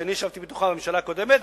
שאני ישבתי בה בממשלה הקודמת,